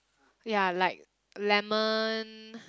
ya like lemon